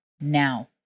now